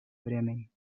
bremen